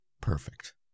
Perfect